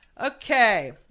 Okay